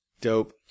Dope